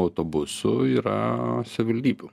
autobusų yra savivaldybių